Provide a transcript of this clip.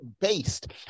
based